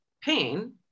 pain